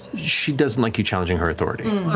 she doesn't like you challenging her authority.